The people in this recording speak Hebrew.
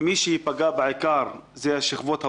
שמי שייפגע ממנו אלו בעיקר השכבות המוחלשות.